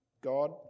God